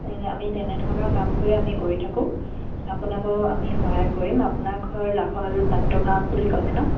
আমি তেনেধৰণৰ কামবোৰে আমি কৰি থাকোঁ আপোনাকো আমি সহায় কৰিম আপোনাৰ ঘৰ লাহোৱাল পাত্ৰ গাঁৱত বুলি ক'লে ন